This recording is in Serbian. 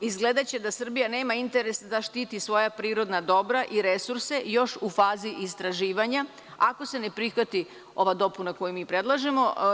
Izgledaće da Srbija nema interes da štiti svoja prirodna dobra i resurse još u fazi istraživanja, ako se ne prihvati ova dopuna koju mi predlažemo.